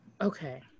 okay